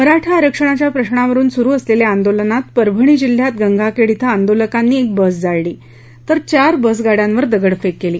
मराठा आरक्षणाच्या प्रश्नावरुन सुरु असलेल्या आंदोलनात परभणी जिल्ह्यात गंगाखेड ॐ आंदोलकांनी एक बस जाळली तर चार बसगाड्यांवर दगडफेक केली